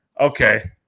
okay